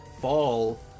fall